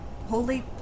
holy